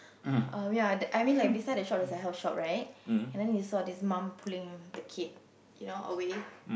um ya I mean like beside the shop there's a health shop right and then you saw this mum pulling the kid you know away